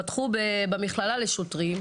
פתחו במכללה לשוטרים,